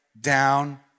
down